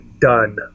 done